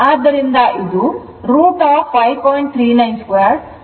ಇದು ಸಮಕೋನ ತ್ರಿಕೋನವಾಗಿದೆ